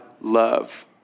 love